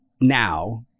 now